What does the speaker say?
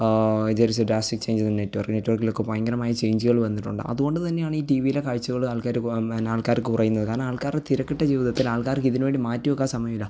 there is a drastic change the network നെറ്റ്വർക്കിലൊക്കെ ഭയങ്കരമായ ചേഞ്ചുകൾ വന്നിട്ടുണ്ട് അതുകൊണ്ട് തന്നെയാണ് ഈ ടി വിയിലെ കാഴ്ചകൾ ആൾക്കാർ പിന്നെ ആൾക്കാർ കുറയുന്നത് കാരണം ആൾക്കാരുടെ തിരക്കിട്ട ജീവിതത്തിൽ ആൾക്കാർക്കിതിനു വേണ്ടി മാറ്റി വെക്കാൻ സമയം ഇല്ല